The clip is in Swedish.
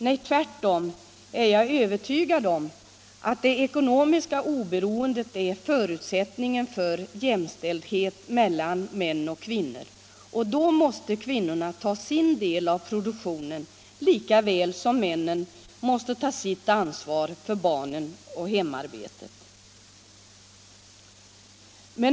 Nej, tvärtom är jag övertygad om att det ekonomiska oberoendet är förutsättningen för jämställdhet mellan män och kvinnor, och då måste kvinnorna ta sin del av produktionen lika väl som männen måste ta ansvar för barnen och hemarbetet.